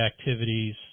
activities